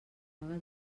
vaga